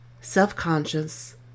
self-conscious